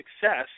success